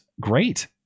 great